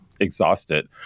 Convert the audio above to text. exhausted